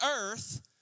earth